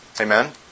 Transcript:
Amen